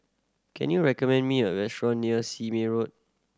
can you recommend me a restaurant near Sime Road